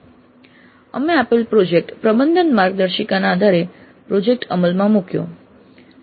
"અમે આપેલ પ્રોજેક્ટ પ્રબંધન માર્ગદર્શિકાના આધારે પ્રોજેક્ટ અમલમાં મૂક્યો"